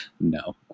no